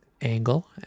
angle